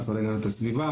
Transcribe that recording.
המשרד להגנת הסביבה,